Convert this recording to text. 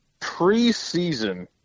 preseason